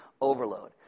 overload